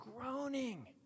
groaning